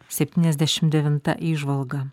septyniasdešimt devinta įžvalga